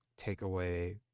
takeaway